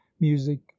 music